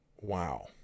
wow